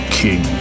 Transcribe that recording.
king